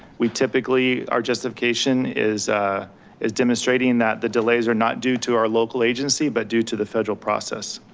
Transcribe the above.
we typically our justification is is demonstrating that the delays are not due to our local agency but due to the federal process.